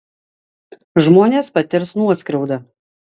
žmonės patirs nuoskriaudą